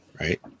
Right